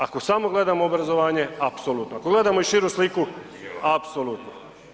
Ako samo gledamo obrazovanje, apsolutno, ako gledamo i širu sliku, apsolutno.